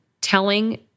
telling